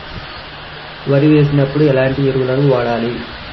వరి వేసినప్పుడు ఎలాంటి ఎరువులను వాడాలి?